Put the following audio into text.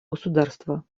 государство